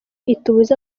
itubuza